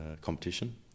competition